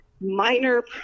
minor